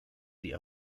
sie